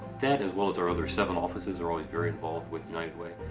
that as well as our other seven offices are always very involved with united way.